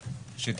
ראשית,